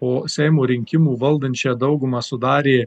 po seimo rinkimų valdančią daugumą sudarė